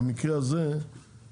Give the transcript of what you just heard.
במקרה הזה זה